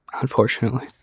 Unfortunately